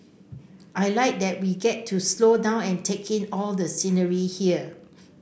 I like that we get to slow down and take in all the scenery here